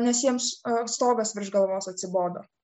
nes jiems stogas virš galvos atsibodo